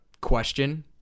question